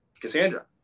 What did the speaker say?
Cassandra